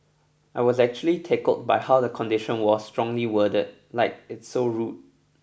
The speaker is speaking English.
I was actually tickled by how the condition was strongly worded like it's so rude